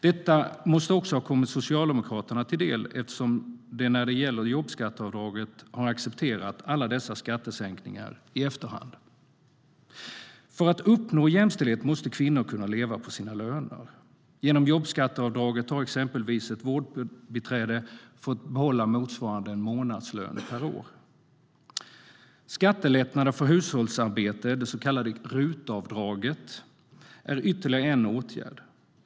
Detta måste också ha kommit Socialdemokraterna till del, eftersom de när det gäller jobbskatteavdraget har accepterat alla dessa skattesänkningar i efterhand. Skattelättnader för hushållsarbete, det så kallade RUT-avdraget, är ytterligare en åtgärd.